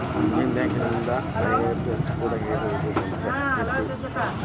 Indian ಬ್ಯಾಂಕಿಂದ IFSC code ನ ಹೆಂಗ ಓದೋದು ಅಥವಾ ಯೆಲ್ಲಿರ್ತೆತಿ?